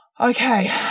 okay